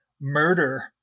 murder